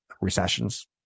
recessions